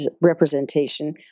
representation